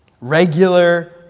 Regular